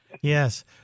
Yes